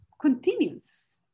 continues